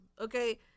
okay